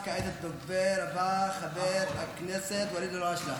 וכעת הדובר הבא, חבר הכנסת ואליד אלהואשלה.